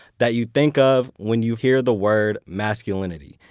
that you think of when you hear the word masculinity,